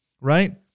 right